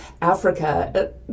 Africa